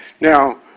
Now